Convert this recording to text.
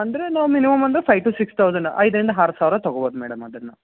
ಅಂದರೆ ನಾವು ಮಿನಿಮಮ್ ಒಂದು ಫೈ ಟು ಸಿಕ್ಸ್ ತೌಸಂಡ್ ಐದರಿಂದ ಆರು ಸಾವಿರ ತಗೊಬೌದು ಮೇಡಮ್ ಅದನ್ನು